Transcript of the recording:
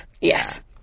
Yes